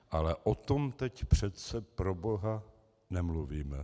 Ale o tom teď přece proboha nemluvíme.